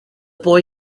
boy